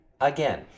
again